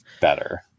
better